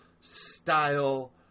style